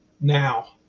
now